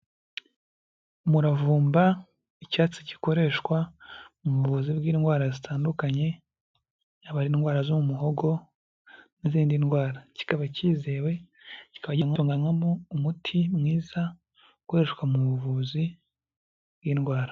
Umuravumba, icyatsi gikoreshwa mu buvuzi bw'indwara zitandukanye, yaba ari indwara zo mu muhogo n'izindi ndwara, kikaba kizewe kikaba gitunganywamo umuti mwiza ukoreshwa mu buvuzi bw'indwara.